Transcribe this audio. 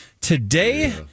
Today